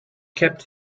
kept